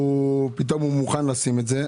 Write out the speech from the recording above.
ופתאום הוא מוכן לשים את זה.